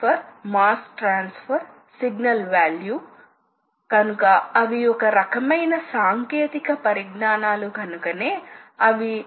feed అంటే stroke ఇది సాధనం యొక్క సరళ కదలిక కావచ్చు కాబట్టి టర్నింగ్ సందర్భం లో సాధనం ఎంత కదులుతుందో లేదా ఒక జాబ్ మిల్లింగ్ సందర్భం లో ఎంత కదగలదు అని గమనించవచ్చు